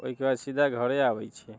ओहिके बाद सीधा घरे आबैत छियै